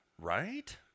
Right